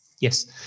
Yes